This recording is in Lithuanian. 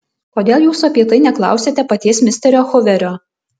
kodėl jūs apie tai neklausiate paties misterio huverio